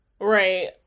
Right